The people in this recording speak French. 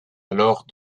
alors